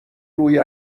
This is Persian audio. روی